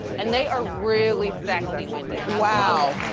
and they are really sexy, wendy. and wow,